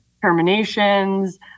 terminations